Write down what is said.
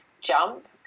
jump